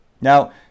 Now